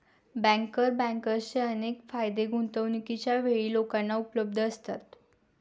banker बँकर्सचे अनेक फायदे गुंतवणूकीच्या वेळी लोकांना उपलब्ध असतात